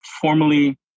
formally